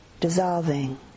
dissolving